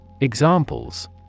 Examples